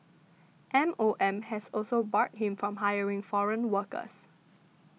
M O M has also barred him from hiring foreign workers